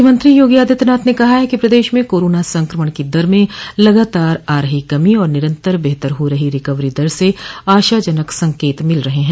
मुख्यमंत्री योगी आदित्यनाथ ने कहा है कि प्रदेश में कोरोना संक्रमण की दर में लगातार आ रही कमी और निरन्तर बेहतर हो रही रिकवरी दर से आशाजनक संकेत मिल रहे हैं